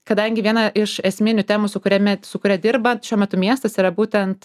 kadangi viena iš esminių temų su kuria su kuria dirba šiuo metu miestas yra būtent